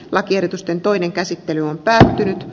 lakiesitysten toinen käsittely on päättynyt